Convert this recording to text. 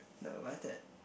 the what is that